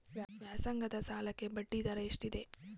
ವ್ಯಾಸಂಗದ ಸಾಲಕ್ಕೆ ಬಡ್ಡಿ ದರ ಎಷ್ಟಿದೆ?